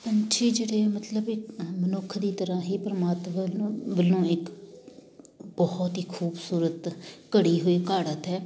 ਪੰਛੀ ਜਿਹੜੇ ਮਤਲਬ ਇੱਕ ਮਨੁੱਖ ਦੀ ਤਰ੍ਹਾਂ ਹੀ ਪਰਮਾਤਮਾ ਵੱਲੋਂ ਇੱਕ ਬਹੁਤ ਹੀ ਖੂਬਸੂਰਤ ਘੜੀ ਹੋਈ ਘਾੜਤ ਹੈ